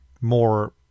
more